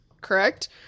correct